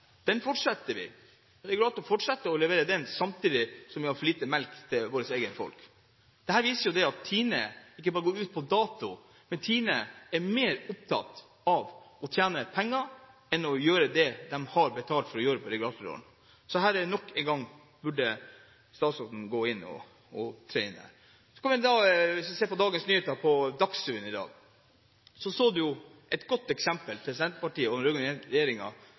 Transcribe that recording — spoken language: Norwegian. den, samtidig som vi har for lite melk til vårt eget folk. Det viser at Tine ikke bare er gått ut på dato, men Tine er mer opptatt av å tjene penger enn av å gjøre det de har betalt for å gjøre i regulatorrollen. Så her burde nok en gang statsråden tre inn. På Dagsrevyen kunne man se et godt eksempel på – også for Senterpartiet og den